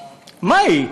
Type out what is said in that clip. מהי?